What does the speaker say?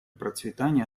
процветание